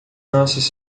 nossos